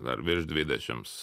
dar virš dvidešims